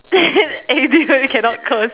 eh dude you cannot curse